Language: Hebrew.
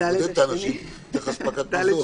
בשביל לבודד את האנשים צריך אספקת מזון.